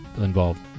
involved